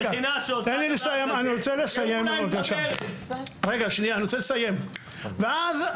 מכינה שעושה דבר כזה תסגרו לה את הברז.